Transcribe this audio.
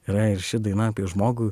yra ir ši daina apie žmogų